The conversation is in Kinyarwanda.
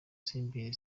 simbizi